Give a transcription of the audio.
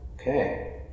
Okay